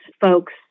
folks